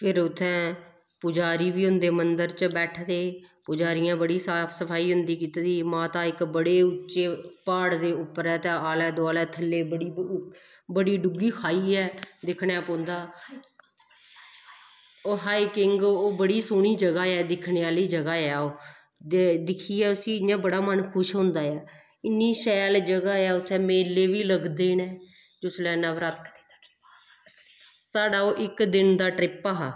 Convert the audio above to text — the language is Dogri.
फिर उत्थें पुजारी बी होंदे मन्दर च बैठे दे पुजारियें बड़ी साफ सफाई होंदी कीती दी माता इक बड़े उच्चे प्हाड़ दे उप्पर ऐ ते आलै दोआलै थल्लै बड़ी बड़ी डूंह्गी खाई ऐ दिक्खना पौंदा ओह् हाईकिंग ओह् बड़ी सोह्नी जगह् ऐ दिक्खने आह्ली जगह् ऐ ओह् दिक्खियै उसी इयां बड़ा मन खुश होंदा ऐ इन्नी शैल जगह् ऐ उत्थें मेले बी लगदे न जिसलै नवरात्रे साढ़ा ओह् इक दिन दा ट्रिप हा